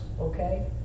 okay